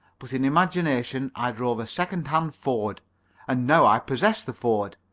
but in imagination i drove a second-hand ford and now i possess the ford,